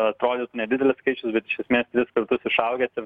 atrodytų nedidelis skaičius bet iš esmės tris kartu išaugęs ir